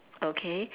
okay